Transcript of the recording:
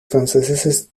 franceses